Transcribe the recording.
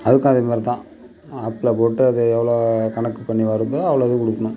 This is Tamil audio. அதுக்கு அதே மாதிரிதான் ஆப்பில் போட்டு அது எவ்வளோ கணக்கு பண்ணி வருகுதோ அவ்வளோது கொடுக்குணும்